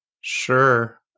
Sure